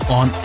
on